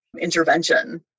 intervention